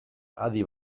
adi